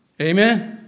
Amen